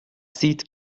sieht